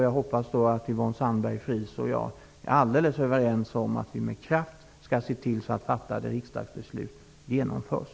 Jag hoppas att Yvonne Sandberg-Fries och jag är alldeles överens om att vi med kraft skall se till att fattade riksdagsbeslut genomförs.